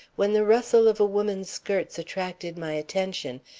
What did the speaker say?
when the rustle of a woman's skirts attracted my attention,